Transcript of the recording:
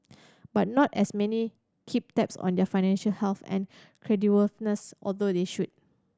but not as many keep tabs on their financial health and creditworthiness although they should